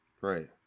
Right